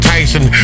Tyson